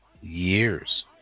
Years